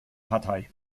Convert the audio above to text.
partei